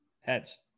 Heads